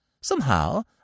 Somehow